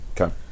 Okay